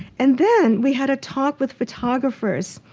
and then we had a talk with photographers.